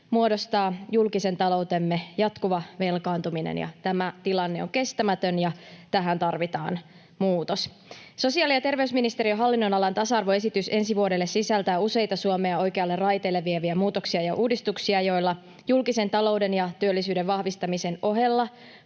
muodostaa julkisen taloutemme jatkuva velkaantuminen. Tämä tilanne on kestämätön, ja tähän tarvitaan muutos. Sosiaali- ja terveysministeriön hallinnonalan talousarvioesitys ensi vuodelle sisältää useita Suomea oikealle raiteelle vieviä muutoksia ja uudistuksia, joilla julkisen talouden ja työllisyyden vahvistamisen ohella